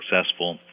successful